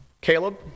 Caleb